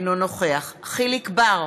אינו נוכח יחיאל חיליק בר,